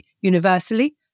universally